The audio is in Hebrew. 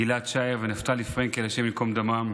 גיל-עד שער ונפתלי פרנקל, השם ייקום דמם.